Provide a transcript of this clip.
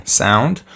sound